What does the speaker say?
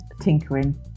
tinkering